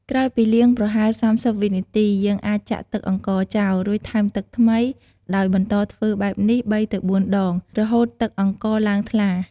ក្រោយពីលាងប្រហែល ៣០វិនាទី យើងអាចចាក់ទឹកអង្ករចោល រួចថែមទឹកថ្មី ដោយបន្តធ្វើបែបនេះ ៣ ទៅ៤ដង រហូតទឹកអង្ករឡើងថ្លា។